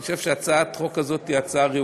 אני חושב שהצעת החוק היא ראויה,